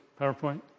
PowerPoint